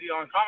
on